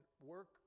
work